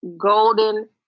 golden